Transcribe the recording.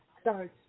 starts